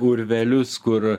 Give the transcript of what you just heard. urvelius kur